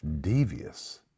devious